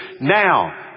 now